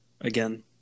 again